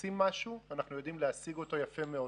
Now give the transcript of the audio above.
רוצים משהו אנחנו יודעים להשיג אותו יפה מאוד.